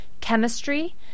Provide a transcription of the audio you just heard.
chemistry